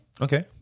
Okay